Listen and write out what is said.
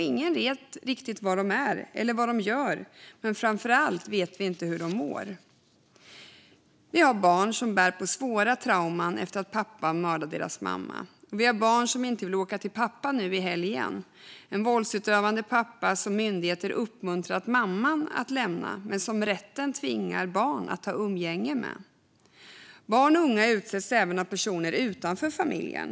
Ingen vet riktigt var de är eller vad de gör. Framför allt vet vi inte hur de mår. Vi har barn som bär på svåra trauman efter att pappa mördat mamma. Vi har barn som inte vill åka till pappa i helgen - en våldsutövande pappa som myndigheter uppmuntrat mamman att lämna men som rätten tvingar barn att ha umgänge med. Barn och unga utsätts även av personer utanför familjen.